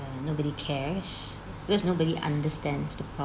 uh nobody cares because nobody understands the